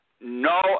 no